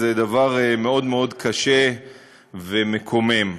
זה דבר קשה מאוד מאוד ומקומם,